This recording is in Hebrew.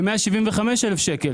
ב-175 אלף שקלים.